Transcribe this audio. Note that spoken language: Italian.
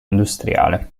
industriale